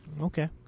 Okay